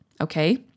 okay